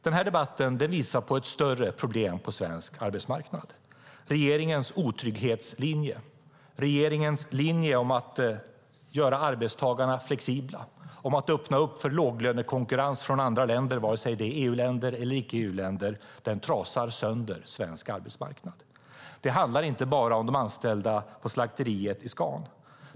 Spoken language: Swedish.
Den här debatten visar på ett större problem på svensk arbetsmarknad. Regeringens otrygghetslinje, regeringens linje att göra arbetstagarna flexibla, att öppna för låglönekonkurrens från andra länder, vare sig det är EU-länder eller icke EU-länder, trasar sönder svensk arbetsmarknad. Det handlar inte bara om de anställda på slakteriet i Scan.